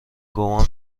گمان